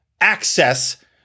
access